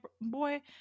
boy